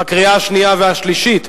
קריאה שנייה ושלישית.